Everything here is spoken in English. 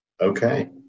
Okay